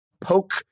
poke